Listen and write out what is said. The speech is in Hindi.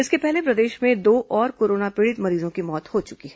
इसके पहले प्रदेश में दो और कोरोना पीड़ित मरीजों की मौत हो चुकी है